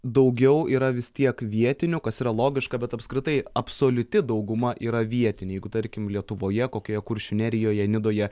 daugiau yra vis tiek vietinių kas yra logiška bet apskritai absoliuti dauguma yra vietiniai jeigu tarkim lietuvoje kokioje kuršių nerijoje nidoje